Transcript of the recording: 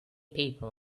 people